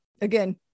again